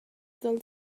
dal